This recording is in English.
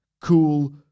cool